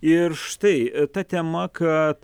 ir štai ta tema kad